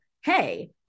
hey